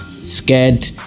Scared